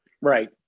right